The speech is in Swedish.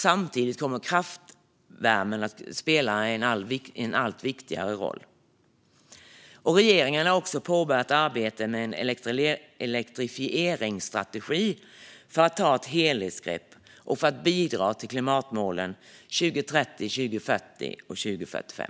Samtidigt kommer kraftvärmen att spela en allt viktigare roll. Regeringen har påbörjat arbetet med en elektrifieringsstrategi för att ta ett helhetsgrepp och för att bidra till klimatmålen 2030, 2040 och 2045.